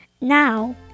Now